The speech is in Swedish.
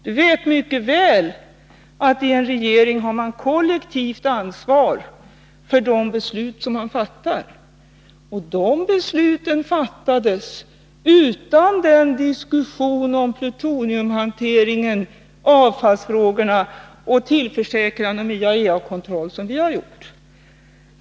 Han vet mycket väl att man i en regering har kollektivt ansvar för de beslut man fattar. Dessa beslut fattades utan den diskussion om plutoniumhanteringen, avfallsfrågorna och tillförsäkran om IAEA-kontroll som vi har fört.